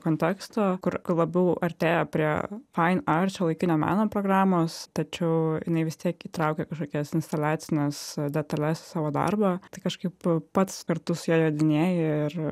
konteksto kur labiau artėja prie fain art šiuolaikinio meno programos tačiau jinai vis tiek įtraukia kažkokias instaliacines detales į savo darbą tai kažkaip pats kartu su juo jodinėji ir